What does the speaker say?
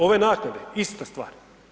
Ove naknade, ista stvar.